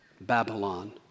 Babylon